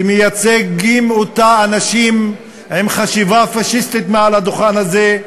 שמייצגים אותה אנשים עם חשיבה פאשיסטית מעל הדוכן הזה,